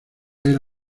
era